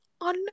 on